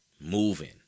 moving